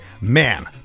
man